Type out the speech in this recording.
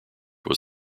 was